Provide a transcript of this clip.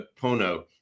Pono